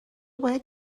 باید